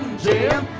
jail